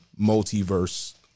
multiverse